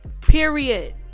period